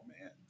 man